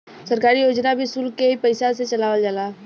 सरकारी योजना भी सुल्क के ही पइसा से चलावल जाला